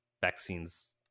vaccines